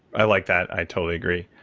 i like that. i totally agree.